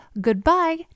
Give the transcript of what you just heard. goodbye